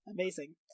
Amazing